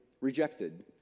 rejected